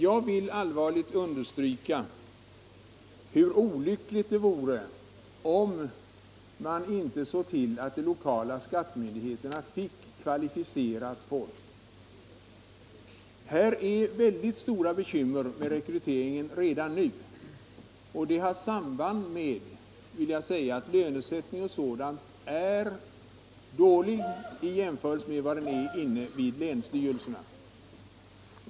Jag vill dock allvarligt understryka hur olyckligt det vore om man inte såg till att de lokala skattemyndigheterna fick kvalificerat folk. Myn digheterna har redan nu mycket stora bekymmer med rekryteringen, och detta har samband med att lönesättningen är avsevärt sämre än den som gäller inom länsstyrelserna.